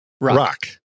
rock